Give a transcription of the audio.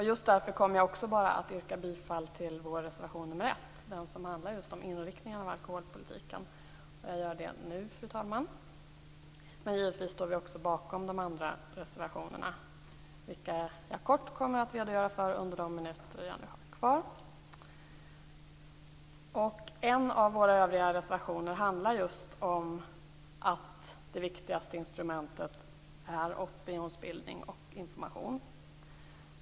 Just därför kommer jag också bara att yrka bifall till vår reservation nr 1 - den som handlar just om inriktningen av alkoholpolitiken. Jag gör det nu, fru talman. Givetvis står vi också bakom de andra reservationerna, vilka jag kort kommer att redogöra för under de minuter jag har kvar. En av våra övriga reservationer handlar just om att det viktigaste instrumentet är opinionsbildning och information.